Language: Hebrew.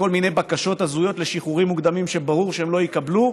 בכל מיני בקשות הזויות לשחרורים מוקדמים שברור שהם לא יקבלו,